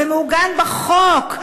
זה מעוגן בחוק,